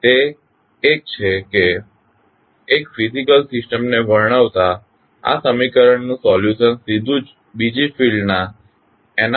એક તે છે કે એક ફીઝીકલ સિસ્ટમને વર્ણવતા આ સમીકરણનું સોલ્યુશન સીધું જ બીજી ફીલ્ડ માં એનાલોગસ સિસ્ટમ પર લાગુ થઈ શકે છે